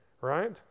right